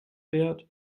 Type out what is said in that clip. fährt